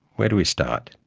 where do we start?